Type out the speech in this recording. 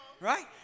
Right